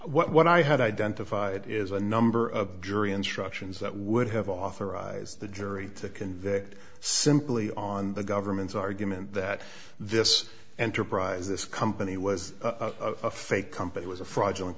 what i had identified is a number of jury instructions that would have authorized the jury to convict simply on the government's argument that this enterprise this company was a fake company was a fraudulent